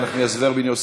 איילת נחמיאס ורבין,